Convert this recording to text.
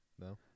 No